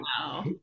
wow